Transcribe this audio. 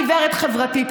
גברת חברתית,